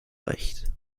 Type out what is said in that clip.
recht